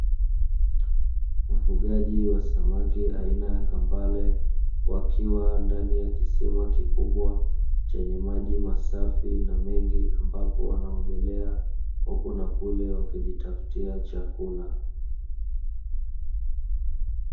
Ufugaji wa samaki aina ya kambale wakiwa ndani ya kisima kikubwa chenye maji masafi na mengi, ambapo wanaogelea huku na kule wakijitafutia chakula.